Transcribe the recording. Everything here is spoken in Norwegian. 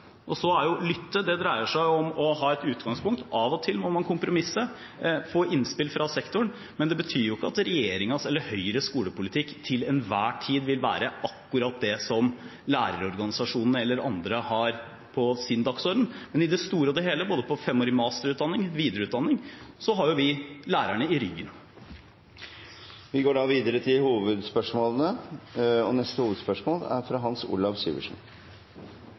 dreier seg om å ha et utgangspunkt. Av og til må man kompromisse, få innspill fra sektoren, men det betyr jo ikke at regjeringens eller Høyres skolepolitikk til enhver tid vil være akkurat det som lærerorganisasjonene eller andre har på sin dagsorden, men i det store og hele – både på femårig masterutdanning og videreutdanning – har vi lærerne i ryggen. Vi går videre til neste hovedspørsmål.